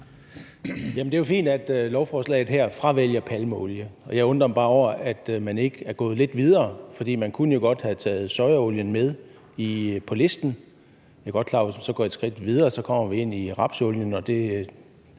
(EL): Det er jo fint, at man i lovforslaget her fravælger palmeolien, men jeg undrer mig over, at man ikke er gået lidt videre, for man kunne jo godt have taget sojaolien med på listen. Jeg er godt klar over, at hvis man så går et skridt videre, kommer man til rapsolien, og man